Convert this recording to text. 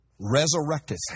resurrected